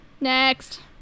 Next